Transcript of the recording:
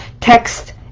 text